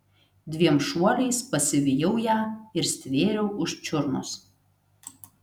dviem šuoliais pasivijau ją ir stvėriau už čiurnos